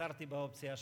בחרתי באופציה השנייה.